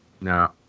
No